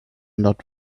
not